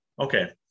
okay